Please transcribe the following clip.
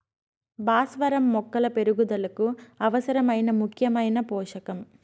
భాస్వరం మొక్కల పెరుగుదలకు అవసరమైన ముఖ్యమైన పోషకం